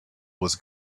was